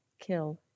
kill